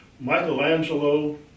Michelangelo